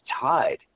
tied